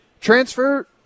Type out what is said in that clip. transfer